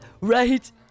Right